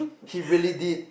he really did